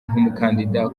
nk’umukandida